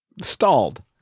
stalled